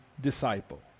disciple